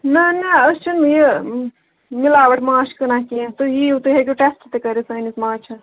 نَہ نَہ أسۍ چھِنہٕ یہِ مِلاوٹ ماچھ کٕنان کیٚنٛہہ تُہۍ یِیُوتُہۍ ہیٚکیو ٹیٚسٹہٕ تہِ کٔرِتھ سٲنِس ماچھَس